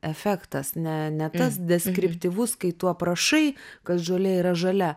efektas ne ne tas deskriptyvus kai tuo prašai kad žolė yra žalia